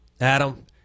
Adam